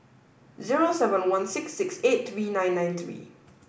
zero seven one six six eight three nine nine three